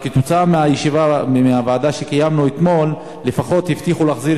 אבל כתוצאה מהדיון בוועדה שקיימנו אתמול לפחות הבטיחו להחזיר